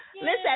listen